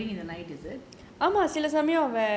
err he's also driving in the night is it